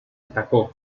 atacó